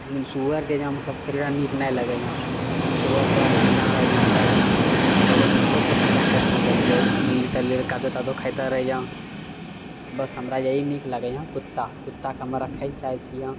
सुअर जे छै मतलब कनिको नीक नहि लागैए सुअर पूरा गन्दा रहैए ओकरा पूरा एकदम लोको कनिको पसन्द नहि करैए जल्दी नाली ताली कादो तादो खाइते रहैए बस हमरा यहि नीक लागैए कुत्ता कुत्ताके हमे रखैलए चाहै छिए